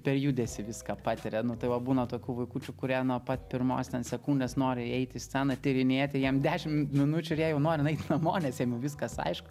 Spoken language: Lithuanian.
per judesį viską patiria nu tai va būna tokių vaikučių kurie nuo pat pirmos ten sekundės nori jie eit į sceną tyrinėti jiem dešim minučių ir jie jau nori nu eit namo nes jiem jau viskas aišku